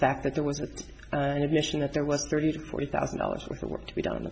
fact that there was an admission that there was thirty to forty thousand dollars worth of work to be do